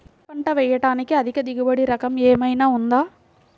వరి పంట వేయటానికి అధిక దిగుబడి రకం ఏమయినా ఉందా?